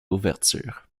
ouverture